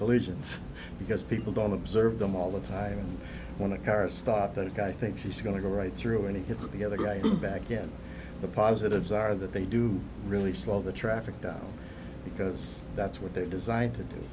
collisions because people don't observe them all the time when a car stopped the guy thinks he's going to go right through and he hits the other guy back in the positives are that they do really slow the traffic down because that's what they're designed to do